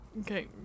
Okay